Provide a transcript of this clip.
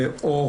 ו/או